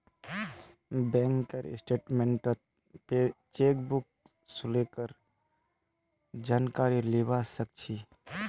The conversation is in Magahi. बैंकेर स्टेटमेन्टत चेकबुक शुल्केर जानकारी लीबा सक छी